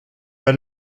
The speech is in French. pas